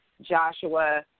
Joshua